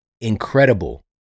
incredible